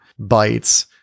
bytes